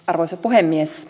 arvoisa puhemies